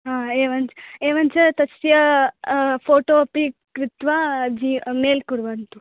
हा एवं च एवं च तस्य फ़ोटो अपि कृत्वा जि मेल् कुर्वन्तु